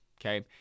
okay